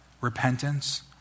repentance